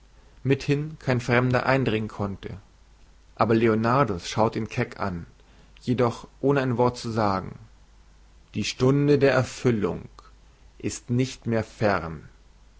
mithin kein fremder eindringen konnte aber leonardus schaute ihn keck an jedoch ohne ein wort zu sagen die stunde der erfüllung ist nicht mehr fern